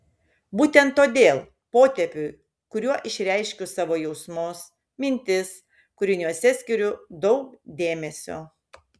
būtent todėl potėpiui kuriuo išreiškiu savo jausmus mintis kūriniuose skiriu daug dėmesio